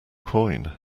coin